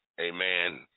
Amen